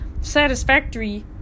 satisfactory